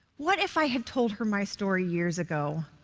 what if i had told her my story years ago?